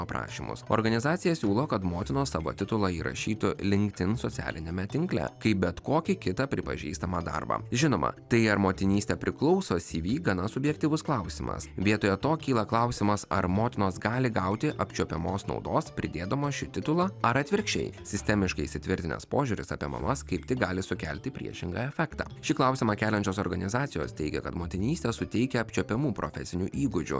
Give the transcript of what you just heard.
aprašymus organizacija siūlo kad motinos savo titulą įrašytų linktin socialiniame tinkle kaip bet kokį kitą pripažįstamą darbą žinoma tai ar motinystę priklauso cv gana subjektyvus klausimas vietoje to kyla klausimas ar motinos gali gauti apčiuopiamos naudos pridėdamos šį titulą ar atvirkščiai sistemiškai įsitvirtinęs požiūris apie mamas kaip tik gali sukelti priešingą efektą šį klausimą keliančios organizacijos teigia kad motinystė suteikia apčiuopiamų profesinių įgūdžių